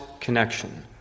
connection